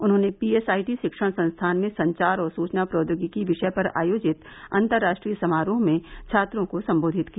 उन्होंने पीएसआईटी शिक्षण संस्थान में संचार और सूचना प्रौद्योगिकी विषय पर आयोजित अंतरराष्ट्रीय समारोह में छात्रों को संबोधित किया